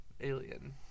Alien